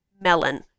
melon